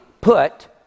put